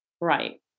Right